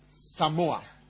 Samoa